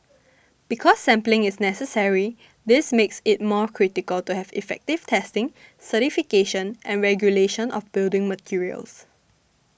because sampling is necessary this makes it more critical to have effective testing certification and regulation of building materials